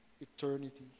eternity